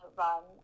run